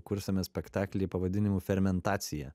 kursime spektaklį pavadinimu fermentacija